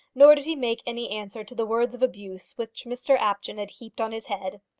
nor did he make any answer to the words of abuse which mr apjohn had heaped on his head.